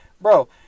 Bro